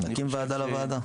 נקים ועדה לוועדה.